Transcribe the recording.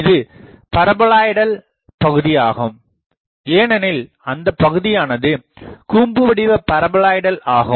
இது பாரபோலாய்டல் பகுதி ஆகும் ஏனெனில் அந்தப் பகுதியானது கூம்பு வடிவ பாரபோலாய்டல் ஆகும்